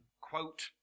quote